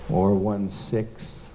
or one six